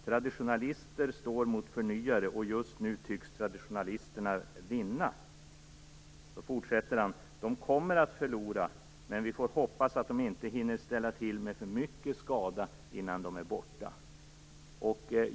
Traditionalister står mot förnyare, och just nu tycks traditionalisterna vinna. Han fortsätter: De kommer att förlora. Men vi får hoppas att de inte hinner ställa till med för mycket skada innan de är borta.